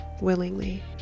willingly